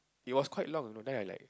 it was quite long you know then I like